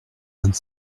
vingt